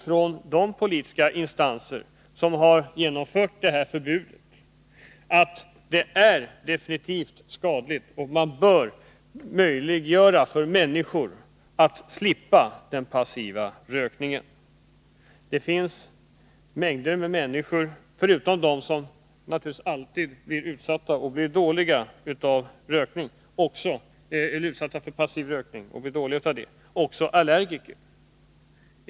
Hos de politiska instanser som genomfört det här förbudet mot rökning har det ändå i bakgrunden funnits en insikt om att passiv rökning definitivt är skadlig och att man bör möjliggöra för människor att slippa utsättas för sådan. Förutom dem som alltid blir sjuka av passiv rökning finns det också allergiker som inte tål tobaksrök.